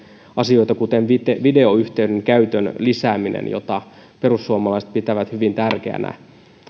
asioita kuten videoyhteyden käytön lisääminen jota perussuomalaiset pitävät hyvin tärkeänä